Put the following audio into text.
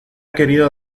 querido